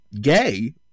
gay